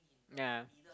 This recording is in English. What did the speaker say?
ya